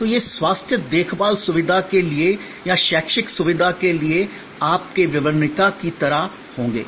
तो ये स्वास्थ्य देखभाल सुविधा के लिए या शैक्षिक सुविधा के लिए आपके विवरणिका की तरह होंगे